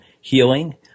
healing